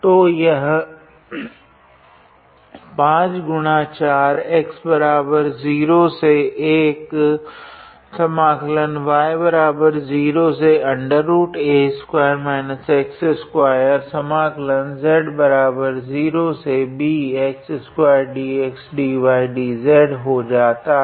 तो यह हो जाता है